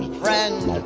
friend